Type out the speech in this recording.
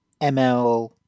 ML